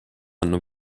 anno